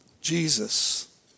Jesus